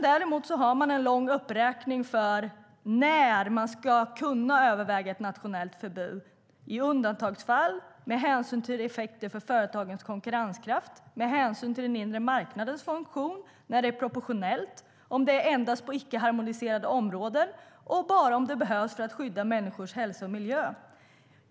Däremot har man en lång uppräkning i fråga om när man ska kunna överväga ett nationellt förbud: i undantagsfall, med hänsyn till effekter för företagens konkurrenskraft, med hänsyn till den inre marknadens funktion, när det är proportionellt, om det endast är på icke-harmoniserade områden och bara om det behövs för att skydda människors hälsa och miljö.